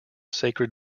sacred